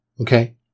Okay